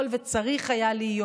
מה שהוא יכול וצריך היה להיות,